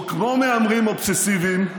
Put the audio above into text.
וכמו מהמרים אובססיביים,